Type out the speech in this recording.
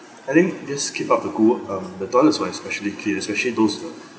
I think just keep up the good work um the toilets were especially clear especially those uh